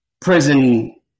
prison